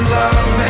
love